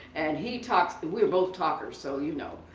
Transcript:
and he talked, we are both talkers. so you know.